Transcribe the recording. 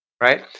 right